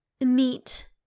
meet